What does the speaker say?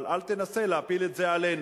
אבל אל תנסה להפיל את זה עלינו.